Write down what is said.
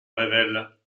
révèle